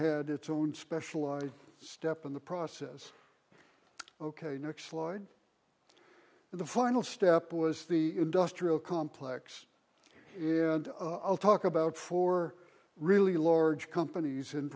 had its own specialized step in the process ok next slide the final step was the industrial complex i'll talk about for really large companies in